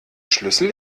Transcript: schlüssel